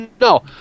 No